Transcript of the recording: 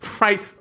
right